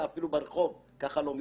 אפילו ברחוב ככה לא מתנהגים.